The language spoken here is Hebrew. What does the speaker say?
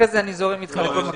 אחר כך אני זורם אתך לכל מקום.